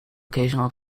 occasional